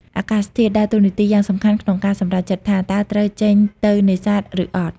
អាកាសធាតុ ដើរតួនាទីយ៉ាងសំខាន់ក្នុងការសម្រេចចិត្តថា តើត្រូវចេញទៅនេសាទ ឬអត់។